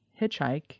hitchhike